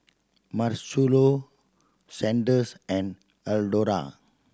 Marcello Sanders and Eldora